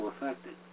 affected